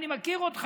אני מכיר אותך.